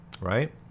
Right